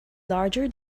larger